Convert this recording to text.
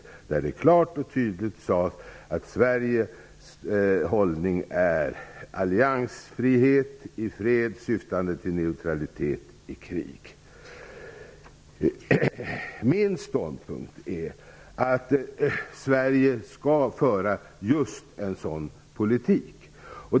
Där sades det klart och tydligt att Sveriges hållning är alliansfrihet i fred syftande till neutralitet i krig. Min ståndpunkt är att Sverige skall föra just en sådan politik.